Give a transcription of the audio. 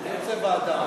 אני רוצה ועדה.